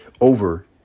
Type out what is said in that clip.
over